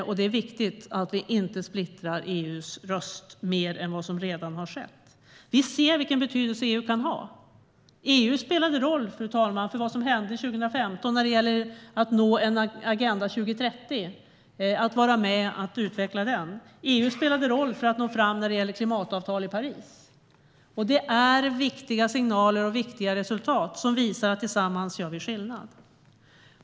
Men det är viktigt att vi inte splittrar EU:s röst mer än vad som redan har skett. Vi ser vilken betydelse EU kan ha. EU spelade roll för det som hände 2015 när det gällde att nå Agenda 2030 och vara med och utveckla den. EU spelade roll för att nå fram när det gällde klimatavtalet i Paris. Det är viktiga signaler och viktiga resultat som visar att vi tillsammans gör skillnad.